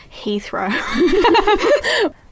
Heathrow